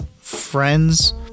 friends